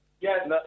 Yes